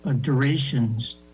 durations